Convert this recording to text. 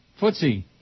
Footsie